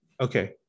Okay